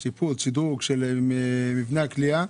שדרוג של מבני הכליאה.